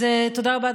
אז תודה רבה,